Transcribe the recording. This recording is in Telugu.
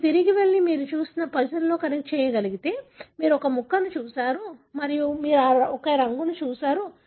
మీరు తిరిగి వెళ్లి మీరు చూసిన పజిల్తో కనెక్ట్ చేయగలిగితే మీరు ఒక ముక్కను చూశారు మరియు మీరు ఒక రంగును చూశారు